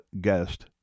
guest